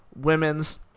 women's